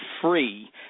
free